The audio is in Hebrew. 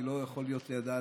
אני לא יכול להיות לידה,